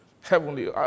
Heavenly